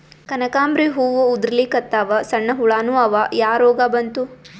ಕನಕಾಂಬ್ರಿ ಹೂ ಉದ್ರಲಿಕತ್ತಾವ, ಸಣ್ಣ ಹುಳಾನೂ ಅವಾ, ಯಾ ರೋಗಾ ಬಂತು?